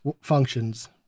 functions